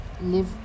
Live